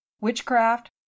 witchcraft